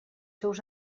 seus